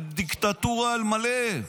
היא דיקטטורה על מלא.